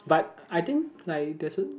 but I think like it doesn't